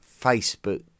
Facebook